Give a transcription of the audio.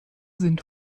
sind